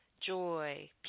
Joy